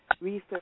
research